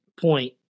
point